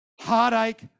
heartache